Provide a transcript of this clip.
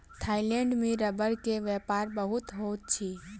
Thailand में रबड़ के व्यापार बहुत होइत अछि